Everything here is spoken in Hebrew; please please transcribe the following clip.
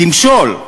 תמשול.